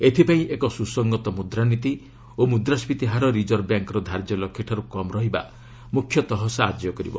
ଏଥିପାଇଁ ଏକ ସୁସଙ୍ଗତ ମୁଦ୍ରାନୀତି ଓ ମୁତ୍ରାଷ୍କୀତି ହାର ରିଜର୍ଭ ବ୍ୟାଙ୍କ୍ର ଧାର୍ଯ୍ୟ ଲକ୍ଷ୍ୟଠାରୁ କମ୍ ରହିବା ମୁଖ୍ୟତଃ ସାହାଯ୍ୟ କରିବ